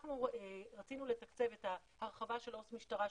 כשאנחנו רצינו לתקצב את ההרחבה של עו"ס משטרה,